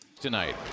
Tonight